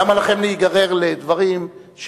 למה לכם להיגרר לדברים?